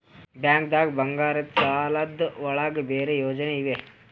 ಬ್ಯಾಂಕ್ದಾಗ ಬಂಗಾರದ್ ಸಾಲದ್ ಒಳಗ್ ಬೇರೆ ಯೋಜನೆ ಇವೆ?